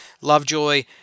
Lovejoy